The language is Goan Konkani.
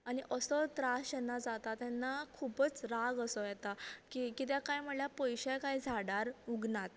आमी असो त्रास जेन्ना जाता तेन्ना खुबूच राग असो येता की कितें काय म्हणल्यार पयशे कांय झाडार उगनात